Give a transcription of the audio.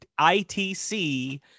ITC